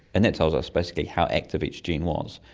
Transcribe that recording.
and that tells us basically how active each gene was.